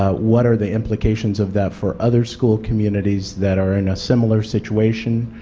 ah what are the implications of that for other school communities that are in a similar situation,